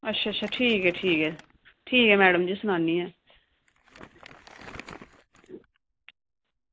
अच्छा अच्छा ठीक ऐ ठीक ऐ ठीक ऐ मैडम जी सनानी आं